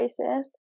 racist